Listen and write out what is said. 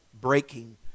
breaking